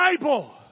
Bible